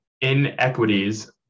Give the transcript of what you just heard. inequities